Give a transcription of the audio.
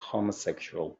homosexual